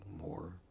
more